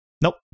Nope